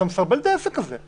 אתה מסרבל את העסק הזה.